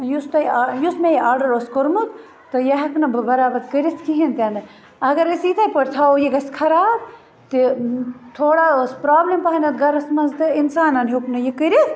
یُس تۄہہِ یُس مےٚ یہِ آڈَر اوس کوٚرمُت تہٕ یہِ ہیٚکہٕ نہٕ بہٕ بَرابر کٔرِتھ کِہیٖنۍ تِہ نہٕ اگر أسۍ یِتھے پٲٹھۍ تھاوو یہِ گَژھِ خَراب تہٕ تھوڑا ٲس پرابلم پَہمَتھ گَرَس مَنٛز تہٕ اِنسانَن ہیوٚک نہٕ یہِ کٔرِتھ